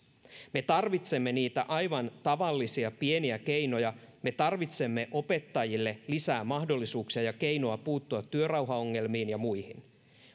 me tarvitsemme niitä aivan tavallisia pieniä keinoja me tarvitsemme opettajille lisää mahdollisuuksia ja keinoja puuttua työrauhaongelmiin ja muihin